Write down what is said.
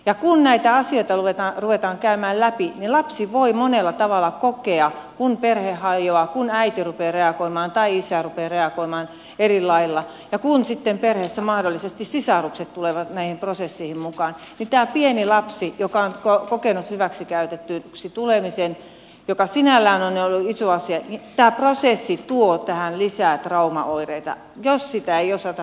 ja kun näitä asioita ruvetaan käymään läpi niin lapsi voi monella tavalla kokea kun perhe hajoaa kun äiti rupeaa reagoimaan tai isä rupeaa reagoimaan eri lailla ja kun sitten perheessä mahdollisesti sisarukset tulevat näihin prosesseihin mukaan ja tämä pieni lapsi on kokenut hyväksikäytetyksi tulemisen joka sinällään on jo ollut iso asia niin tämä prosessi tuo tähän lisää traumaoireita jos sitä ei osata hoitaa oikein